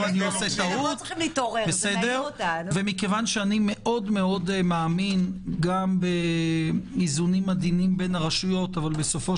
כיוון שאני מאוד-מאוד מאמין גם באיזונים עדינים בין הרשויות אבל בסופו